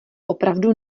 opravdu